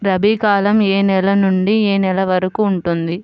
రబీ కాలం ఏ నెల నుండి ఏ నెల వరకు ఉంటుంది?